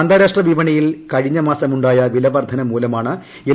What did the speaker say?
അന്താരാഷ്ട്ര വിപണിയിൽ കഴിഞ്ഞ മാസമുണ്ടുക്കുപില വർദ്ധന മൂലമാണ് എൽ